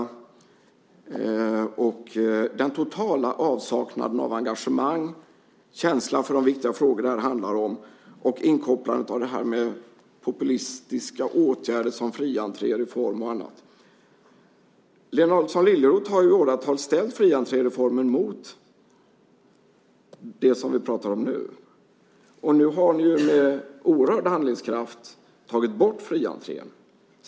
Det är vidare den totala avsaknaden av engagemang, känslan för de viktiga frågorna, kopplingen till populistiska åtgärder som fri-entré-reform och annat. Lena Adelsohn Liljeroth har i åratal ställt fri-entré-reformen mot det som vi pratar om nu. Nu har ni med oerhörd handlingskraft tagit bort den fria entrén.